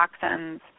toxins